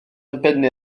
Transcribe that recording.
dibynnu